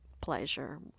pleasure